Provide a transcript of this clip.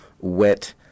wet